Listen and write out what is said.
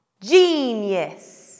genius